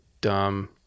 dumb